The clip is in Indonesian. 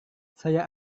saya